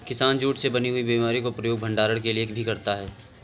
किसान जूट से बनी हुई बोरियों का प्रयोग भंडारण के लिए भी करता है